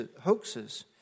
hoaxes